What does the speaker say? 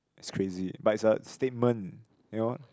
it's crazy but it's a statement you know